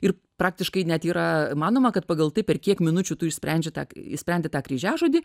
ir praktiškai net yra manoma kad pagal tai per kiek minučių tu išsprendžia tą išsprendi tą kryžiažodį